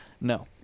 No